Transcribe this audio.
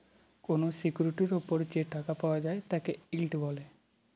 কোনো সিকিউরিটির ওপর যে টাকা পাওয়া যায় তাকে ইল্ড বলে